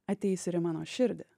ateis ir į mano širdį